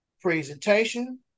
presentation